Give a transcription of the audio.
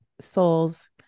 souls